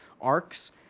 arcs